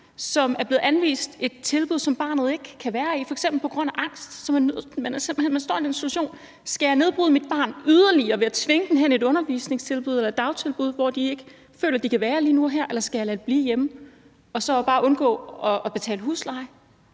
som er blevet anvist et tilbud, som barnet ikke kan være i, f.eks. på grund af angst. Så man står i den situation: Skal jeg nedbryde mit barn yderligere ved at tvinge det hen i et undervisningstilbud eller et dagtilbud, hvor det ikke føler, at det kan være lige nu og her, eller skal jeg lade det blive hjemme og så bare undgå at betale husleje?